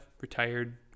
retired